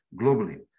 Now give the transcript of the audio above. globally